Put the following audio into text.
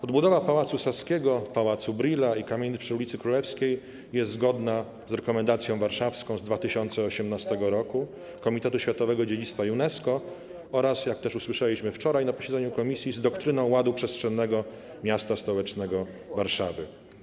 Odbudowa Pałacu Saskiego, Pałacu Brühla i kamienic przy ul. Królewskiej jest zgodna z rekomendacją warszawską z 2018 r. Komitetu Światowego Dziedzictwa UNESCO oraz, jak to już usłyszeliśmy wczoraj na posiedzeniu komisji, z doktryną ładu przestrzennego m.st. Warszawy.